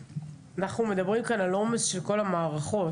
אנחנו מדברים כאן על עומס של כל המערכות.